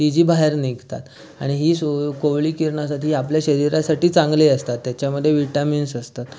ती जी बाहेर निघतात आणि ही शी कोवळी किरणं ती आपल्या शरीरासाठी चांगली असतात त्याच्यामध्ये व्हिट्यामीन्स असतात